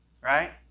Right